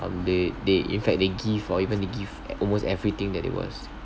um they they in fact they give or even they give almost everything that it was